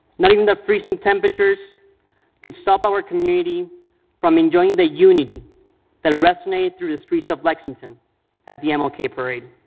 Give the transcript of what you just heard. not even the freezing temperatures could stop our community from enjoying the unity that resonated through the streets of lexington at the mlk ah parade.